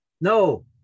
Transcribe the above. No